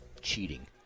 cheating